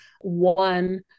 one